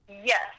yes